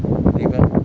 我 neighbour